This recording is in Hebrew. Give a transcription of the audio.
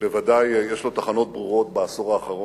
שבוודאי יש לו תחנות ברורות בעשור האחרון,